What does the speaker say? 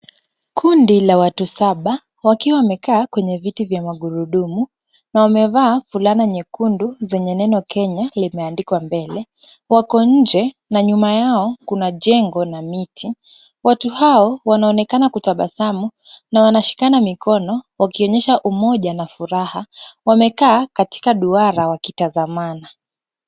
Kundi la watu saba, wakiwa wamekaa kwenye viti vya magurudumu na wamevaa fulana nyekundu zenye neno Kenya limeandikwa mbele. Wako nje na nyuma yao kuna jengo na miti. Watu hao wanaonekana kutabasamu na wanashikana mikono wakionyesha umoja na furaha. Wamekaa katika duara wakitazamana.